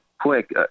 quick